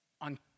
on